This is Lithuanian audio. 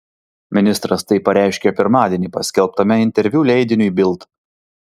ministras tai pareiškė pirmadienį paskelbtame interviu leidiniui bild